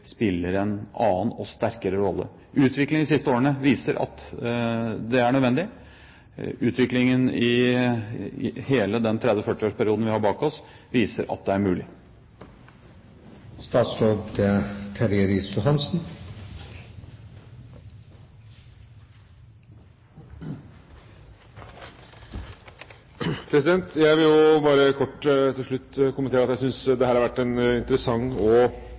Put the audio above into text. spiller en annen og sterkere rolle. Utviklingen de siste årene viser at det er nødvendig. Utviklingen i hele den 30–40-årsperioden vi har bak oss, viser at det er mulig. Jeg vil også til slutt bare kort kommentere at jeg syns dette har vært en interessant og